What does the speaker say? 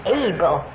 able